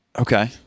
Okay